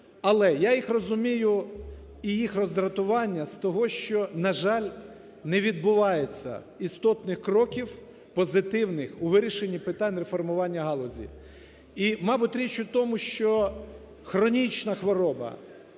Але я їх розумію і їх роздратування з того, що, на жаль, не відбувається істотних кроків позитивних у вирішенні питань реформування галузі. І, мабуть, річ у тому, що хронічна хвороба